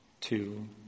two